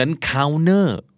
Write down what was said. Counter